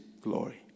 glory